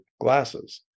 glasses